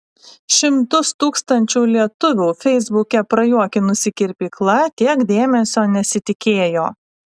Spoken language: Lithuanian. šimtus tūkstančių lietuvių feisbuke prajuokinusi kirpykla tiek dėmesio nesitikėjo